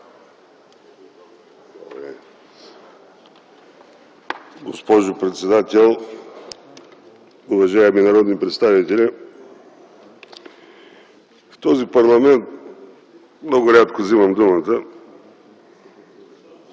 Госпожо председател, уважаеми народни представители! В този парламент много рядко вземам думата.